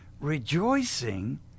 rejoicing